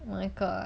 my god